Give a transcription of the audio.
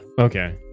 Okay